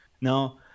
Now